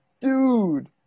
dude